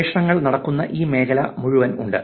ഗവേഷണങ്ങൾ നടക്കുന്ന ഈ മേഖല മുഴുവൻ ഉണ്ട്